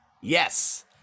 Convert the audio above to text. yes